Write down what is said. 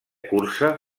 cursa